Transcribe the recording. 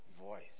voice